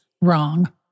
wrong